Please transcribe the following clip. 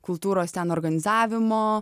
kultūros ten organizavimo